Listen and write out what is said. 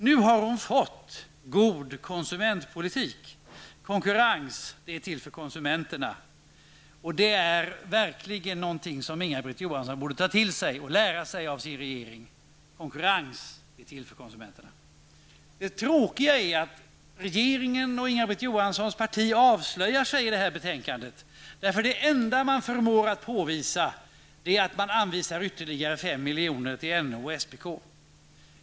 Nu har hon fått en god konkurrenspolitik. Konkurrens är till för konsumenterna, och det är något som Inga-Britt Johansson verkligen borde ta till sig och lära sig av sin regering. Konkurrens är alltså till för konsumenterna. Det tråkiga är att regeringen och Inga-Britt Johanssons parti avslöjar sig i detta betänkande. Det enda man förmår påvisa är nämligen att ytterligare 5 miljoner anvisas till NO och SPK.